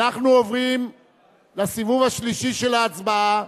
אנחנו עוברים לסיבוב השלישי של ההצבעה,